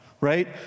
right